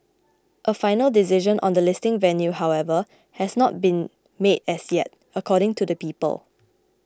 a final decision on the listing venue however has not been made as yet according to the people